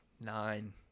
nine